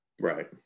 right